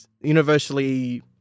universally